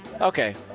Okay